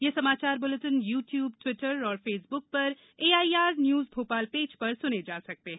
ये समाचार bulletin YouTube Twitter और फेसबुक पर एआईआर न्यूज भोपाल पेज पर सुने जा सकते हैं